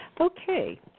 Okay